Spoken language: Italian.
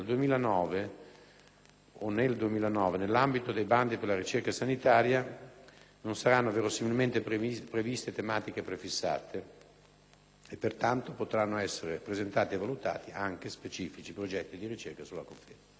Nel 2009, nell'ambito dei bandi per la ricerca sanitaria, non sono previste tematiche prefissate, pertanto potranno essere presentati e valutati specifici progetti di ricerca sull'acufene.